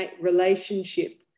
relationship